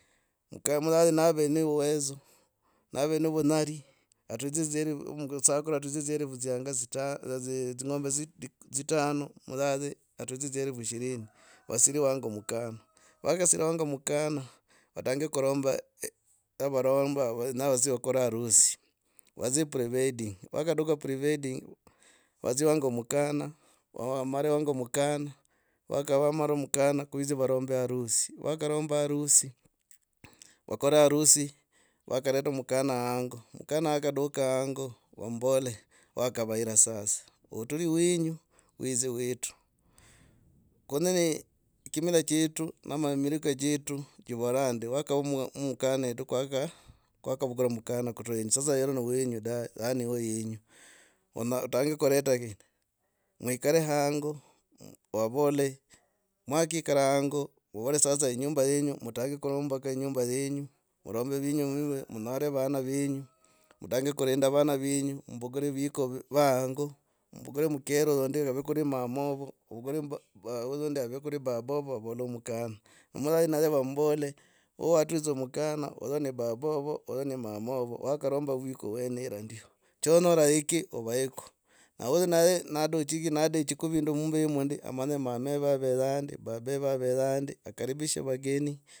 Mukahe mulahi nave ni uweze. nave nivunyali atusye atusye dzielfu masakhulu atuzye dzielfu dzyanga tsitano atudzye dzielfu ishirini vasiri wange mukana vakasira wange mukana. adangekuromba. varemba na vasiri. kukora harusi. vadzi pre- vedding. Vakaduka pre- vedding vadzie wange mukana ko vitsi varombe harusi. Vakaromba harusi. vakore harusi vakareta mukana hango. Mukana wakaduka hango vambole wakavaira sasa. utuliiwenyu widzi wetu. Kunini kimila chetu chivora ndi wakwa mkana wetukwakwavula mukana kutura wenye. Sasa wena wenyu da yaani wenyu. Otange kuleta. mwikale hango. vavole. mwakikara hango vavole sasa inyumba yenyu. murombe munare vana venyu. mutange kurinda vana venyu. mumbukule viko va hanga. mumbukule mukere undi kuli mama ovo. ovo ni mama ovo wakaromba vwiko ewenero ndyo. Chonyora hiki oveka. omwo ndi amanye mama eve avedza ndi. baba eve avedza ndi. akaribishe vageni.